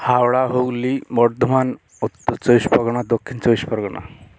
Howrah Hooghly Bardhaman Uttar Chabbish Pargana Dakshin Chabbish Pargana